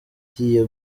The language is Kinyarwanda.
igiye